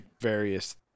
various